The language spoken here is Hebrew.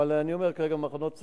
אבל אני אומר, כרגע, מחנות צה"ל.